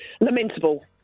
lamentable